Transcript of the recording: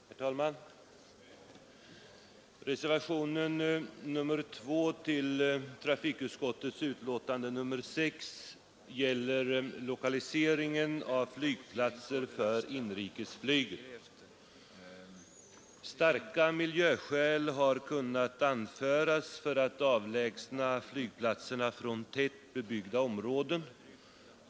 Herr talman! Reservationen 2 till trafikutskottets betänkande nr 6 gäller lokaliseringen av flygplatser för inrikesflyg. Starka miljöskäl har kunnat anföras för att avlägsna flygplatserna från tätbebyggda områden.